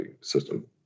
system